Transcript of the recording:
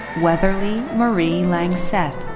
weatherly marie langsett.